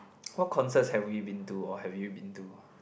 what concerts have we been to or have you been to